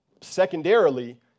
Secondarily